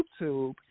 YouTube